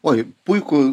oi puiku